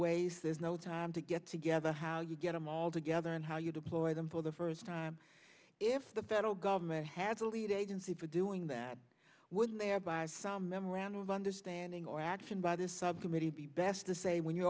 waste there's no time to get together how you get them all together and how you deploy them for the first time if the federal government has a lead agency for doing that when they are by some memorandum of understanding or action by this subcommittee be best to say when you're